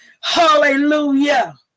hallelujah